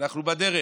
אנחנו בדרך,